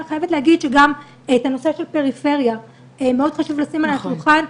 אני חייבת להגיד שגם את הנושא של פריפריה מאוד חשוב לשים על השולחן.